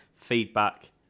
feedback